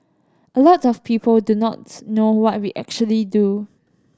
a lot of people do not know what we actually do